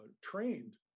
trained